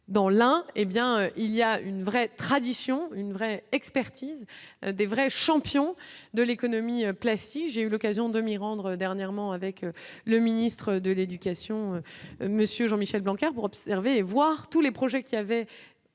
hé bien il y a une vraie tradition une vraie expertise des vrais champions de l'économie Placid, j'ai eu l'occasion de m'y rendre dernièrement avec le ministre de l'éducation monsieur Jean Michel Blanc. Car pour observer et voir tous les projets qui avaient